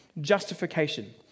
justification